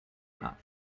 flap